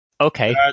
Okay